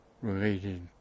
related